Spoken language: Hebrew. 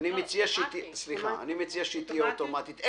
אני מציע שהיא תהיה אוטומטית,